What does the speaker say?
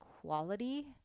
quality